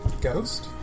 Ghost